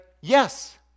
yes